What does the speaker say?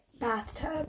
bathtub